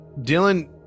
Dylan